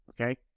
Okay